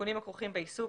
הסיכונים הכרוכים בעיסוק,